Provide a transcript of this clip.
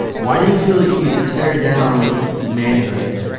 why do you feel like you need to tear down manhood